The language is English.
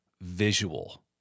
visual